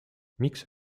miks